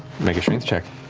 make a strength check.